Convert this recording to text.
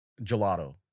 gelato